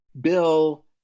bill